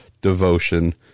devotion